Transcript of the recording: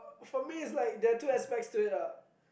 for me is like there's two aspects to it lah